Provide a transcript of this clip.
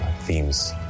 themes